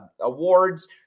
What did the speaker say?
awards